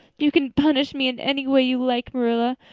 you can punish me in any way you like, marilla.